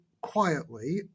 Quietly